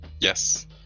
Yes